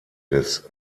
des